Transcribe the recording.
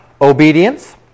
obedience